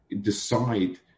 decide